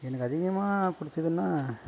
எனக்கு அதிகமாக பிடிச்சதுன்னா